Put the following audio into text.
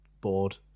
bored